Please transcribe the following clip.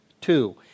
Two